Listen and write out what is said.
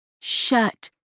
Shut